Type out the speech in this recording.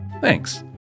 Thanks